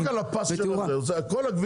לא אבל לא רק על הפס זה על כל הכביש.